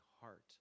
heart